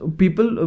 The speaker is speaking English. people